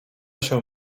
się